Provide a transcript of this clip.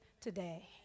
today